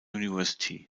university